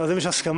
אם יש הסכמה,